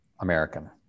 American